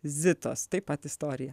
zitos taip pat istorija